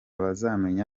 bazamenya